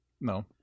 no